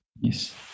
yes